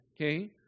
okay